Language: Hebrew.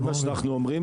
זה מה שאנחנו אומרים להם.